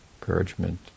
encouragement